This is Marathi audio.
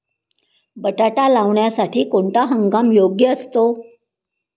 बटाटा लावण्यासाठी कोणता हंगाम योग्य असतो?